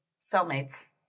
cellmates